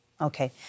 Okay